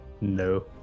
No